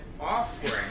offering